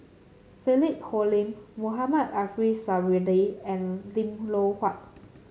Philip Hoalim Mohamed Ariff Suradi and Lim Loh Huat